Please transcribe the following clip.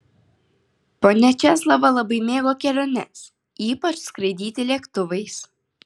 ponia česlava labai mėgo keliones ypač skraidyti lėktuvais